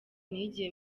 nigiye